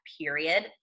period